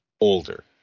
older